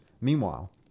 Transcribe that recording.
Meanwhile